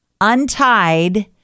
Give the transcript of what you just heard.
Untied